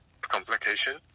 complication